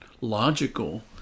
logical